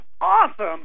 awesome